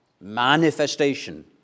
Manifestation